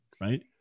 right